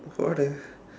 what a